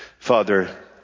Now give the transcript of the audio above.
Father